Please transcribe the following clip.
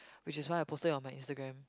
which is why I posted it on my Instagram